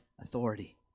authority